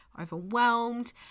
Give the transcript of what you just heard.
overwhelmed